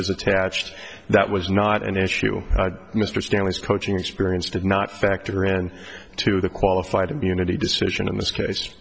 is attached that was not an issue mr stanley's coaching experience did not factor in to the qualified immunity decision in this case